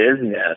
business